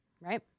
Right